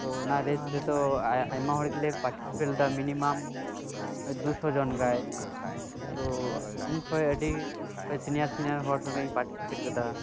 ᱛᱚ ᱚᱱᱟ ᱨᱮᱥ ᱨᱮᱫᱚ ᱟᱭᱢᱟ ᱦᱚᱲᱜᱮᱞᱮ ᱯᱟᱴᱤᱥᱤᱯᱮᱴ ᱞᱮᱫᱟ ᱢᱤᱱᱤᱢᱟᱢ ᱫᱩᱥᱚ ᱡᱚᱱ ᱜᱟᱱ ᱛᱚ ᱤᱧ ᱠᱷᱚᱱ ᱟᱹᱰᱤ ᱥᱤᱱᱤᱭᱟᱨ ᱥᱤᱱᱤᱭᱟᱨ ᱦᱚᱲ ᱥᱟᱛᱮᱜ ᱤᱧ ᱯᱟᱴᱤᱥᱤᱯᱮᱴ ᱟᱠᱟᱫᱟ